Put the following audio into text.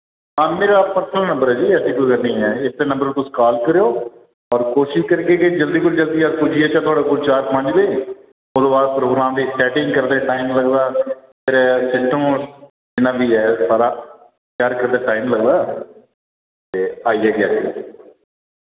हां मेरा personal number ऐ जी ऐसी कोई गल्ल नि ऐ इस्से नंबर पर तुस काल करेओ और कोशिश करगे कि जल्दी कोला जल्दी अस पुज्जी जाह्चै थोआढ़े कोल चार पंज बजे ओह्दे बाद प्रोग्राम दी सैटिंग करदे टाइम लगदा फिर सिस्टम जिन्ना बी ऐ सारा त्यार करदे टाइम लगदा ते आई जाह्गे अस